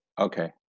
Okay